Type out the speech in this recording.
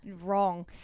wrong